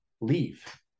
leave